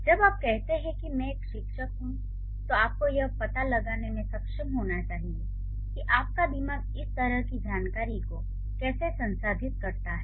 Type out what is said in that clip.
जब आप कहते हैं कि मैं एक शिक्षक हूं तो आपको यह पता लगाने में सक्षम होना चाहिए कि आपका दिमाग इस तरह की जानकारी को कैसे संसाधित करता है